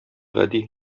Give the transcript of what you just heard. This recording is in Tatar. гади